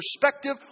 perspective